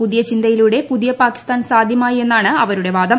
പുതിയ ചിന്തയിലൂടെ പുതിയ പാക്കിസ്ഥാൻ സാധ്യമായി എന്നാണ് അവരുടെ വാദം